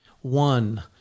One